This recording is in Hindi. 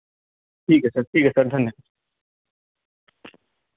ठीक है सर ठीक है सर धन्य